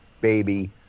baby